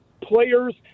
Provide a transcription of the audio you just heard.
players